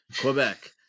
Quebec